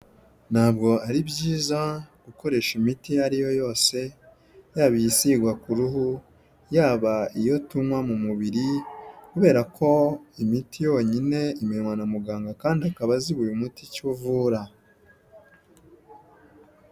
Ntabwo ari byiza gukoresha imiti iyo ari yo yose, yaba iyisigwa ku ruhu, yaba iyo tunywa mu mubiri kubera ko imiti yonyine imenywa na muganga kandi akaba azi buri muti icyo uvura.